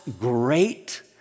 great